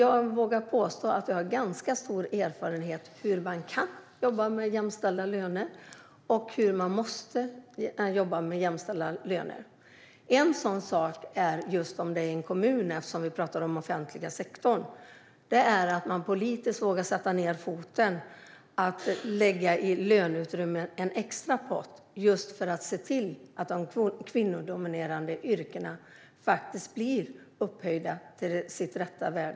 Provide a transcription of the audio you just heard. Jag vågar dock påstå att jag har ganska stor erfarenhet av hur man kan jobba med jämställda löner - och hur man måste jobba med jämställda löner. En sådan sak när det gäller en kommun, när vi nu talar om den offentliga sektorn, är att man politiskt måste våga sätta ned foten och i löneutrymmet lägga en extra pott just för att se till att de kvinnodominerade yrkena faktiskt blir upphöjda till sitt rätta värde.